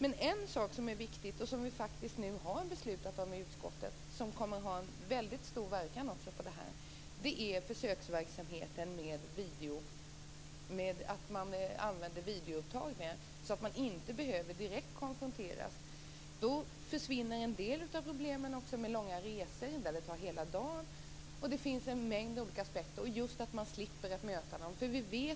En sak som är viktig, och som utskottet har fattat beslut om, är något som kommer att ha en väldigt stor verkan på det här området. Det gäller försöksverksamheten med videoupptagningar så att människor inte behöver konfronteras direkt. En del av problemen med långa resor kommer därmed också att försvinna. De kan annars ta hela dagen. Det finns olika aspekter, bl.a. att man slipper att möta de åtalade.